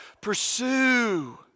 Pursue